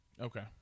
Okay